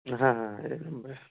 হ্যাঁ হ্যাঁ এই নম্বরে